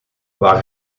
waar